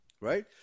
right